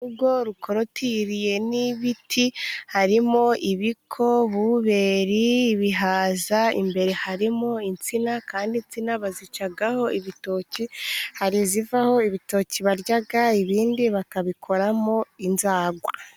Urugo rukorutiriye n'ibiti，harimo imiko，boberi， ibihaza， imbere harimo insina kandi insina bazicaho ibitoki，hari izivaho ibitoki barya， ibindi bakabikoramo inzagwa.